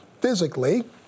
physically